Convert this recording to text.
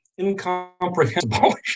incomprehensible